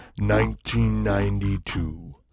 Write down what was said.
1992